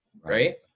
right